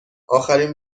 آخرین